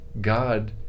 God